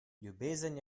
ljubezen